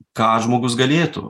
ką žmogus galėtų